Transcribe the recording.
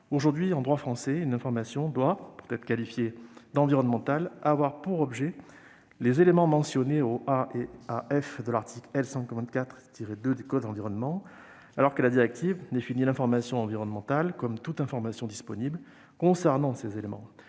Aujourd'hui, en droit français, une information doit, pour être qualifiée d'environnementale, avoir « pour objet » les éléments mentionnés à l'article L. 124-2 du code de l'environnement, alors que la directive définit l'information environnementale comme toute information disponible « concernant » ces éléments.